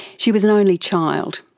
she was an only child.